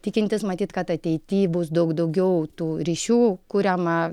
tikintis matyt kad ateity bus daug daugiau tų ryšių kuriama